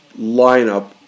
lineup